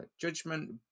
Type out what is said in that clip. judgment